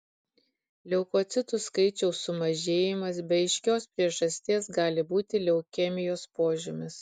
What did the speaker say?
leukocitų skaičiaus sumažėjimas be aiškios priežasties gali būti leukemijos požymis